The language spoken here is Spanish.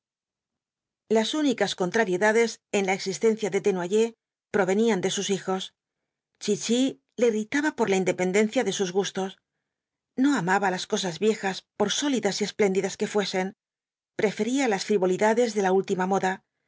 las únicas contrariedades en la existencia de desnoyers provenían de sus hijos chichi le irritaba por la independencia de sus gustos no amaba las cosas viejas por sólidas y espléndidas que fuesen prefería las frivolidades de la última moda